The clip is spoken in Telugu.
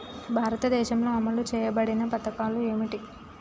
భారతదేశంలో అమలు చేయబడిన పథకాలు ఏమిటి?